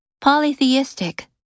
Polytheistic